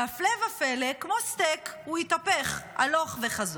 והפלא ופלא, כמו סטייק הוא התהפך, הלוך וחזור,